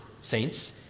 saints